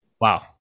wow